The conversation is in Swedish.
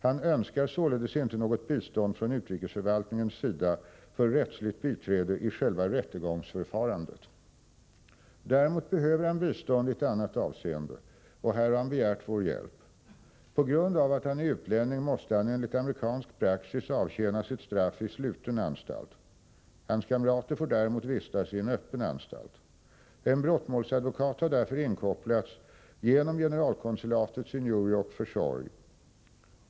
Han önskar således inte något bistånd från utrikesförvaltningens sida för rättsligt biträde i själva rättegångsförfarandet. Däremot behöver han bistånd i ett annat avseende, och här har han begärt vår hjälp. På grund av att han är utlänning måste han enligt amerikansk praxis avtjäna sitt straff i sluten anstalt. Hans kamrater får däremot vistas i en öppen anstalt. En brottmålsadvokat har därför inkopplats genom generalkonsulatets i New York försorg.